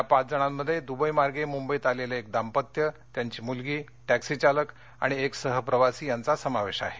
या पाच जणांमध्ये दुबईमार्गे मुंबईत आलेलं एक दांपत्य त्यांची मूलगी टॅक्सी चालक आणि एक सह प्रवासी यांचा समावेश आहे